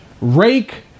rake